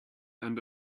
end